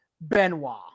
Benoit